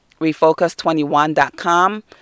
refocus21.com